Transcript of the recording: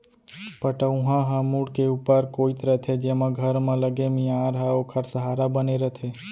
पटउहां ह मुंड़ के ऊपर कोइत रथे जेमा घर म लगे मियार ह ओखर सहारा बने रथे